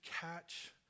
catch